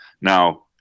Now